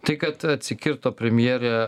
tai kad atsikirto premjerė